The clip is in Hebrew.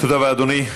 תודה רבה, אדוני.